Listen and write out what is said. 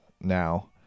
now